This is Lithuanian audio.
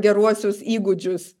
geruosius įgūdžius